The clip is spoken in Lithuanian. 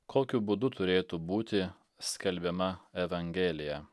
kokiu būdu turėtų būti skelbiama evangelija